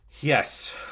yes